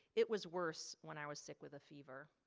it was worse when i was sick with a fever.